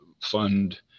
fund